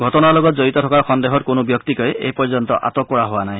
ঘটনাৰ লগত জড়িত থকাৰ সন্দেহত কোনো ব্যক্তিকে এই পৰ্যন্ত আটক কৰা হোৱা নাই